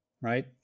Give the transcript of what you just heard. right